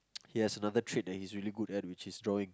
he has another trait that he's really good at which is drawing